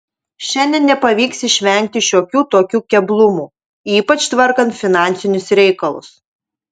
šiandien nepavyks išvengti šiokių tokių keblumų ypač tvarkant finansinius reikalus